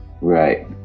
Right